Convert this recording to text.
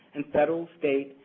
and federal, state,